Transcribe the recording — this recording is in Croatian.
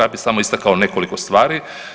Ja bih samo istakao nekoliko stvari.